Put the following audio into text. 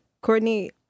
Courtney